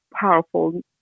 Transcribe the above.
powerful